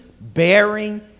bearing